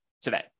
today